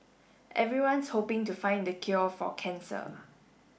everyone's hoping to find the cure for cancer